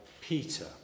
Peter